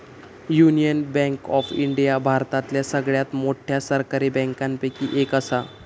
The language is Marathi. युनियन बँक ऑफ इंडिया भारतातल्या सगळ्यात मोठ्या सरकारी बँकांपैकी एक असा